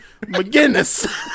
McGinnis